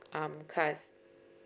um cars